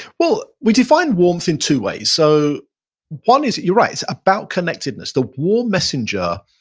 well, we define warmth in two ways. so one is, you're right, it's about connectedness. the warm messenger